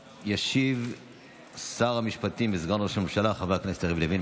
ישיב שר המשפטים וסגן ראש הממשלה חבר הכנסת יריב לוין,